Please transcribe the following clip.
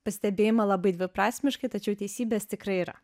pastebėjimą labai dviprasmiškai tačiau teisybės tikrai yra